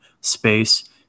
space